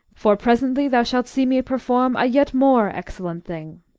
for presently thou shalt see me perform a yet more excellent thing.